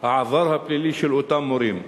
העבר הפלילי של אותם מורים.